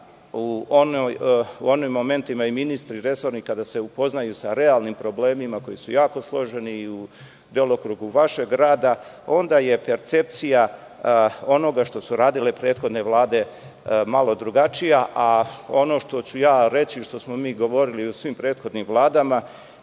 u onim momentima i resorni ministri, kada se upoznaju sa realnim problemima koji su jako složeni i u delokrugu vašeg rada, onda je percepcija onoga što su radile prethodne vlade malo drugačija, a ono što ću ja reći, što smo mi govorili u svim prethodnim vladama,